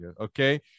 Okay